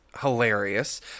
hilarious